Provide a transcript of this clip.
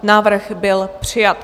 Návrh byl přijat.